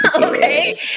okay